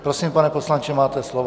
Prosím, pane poslanče, máte slovo.